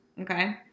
Okay